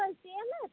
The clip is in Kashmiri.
تُہُۍ چھِو حظ ٹیٚلَر